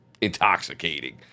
intoxicating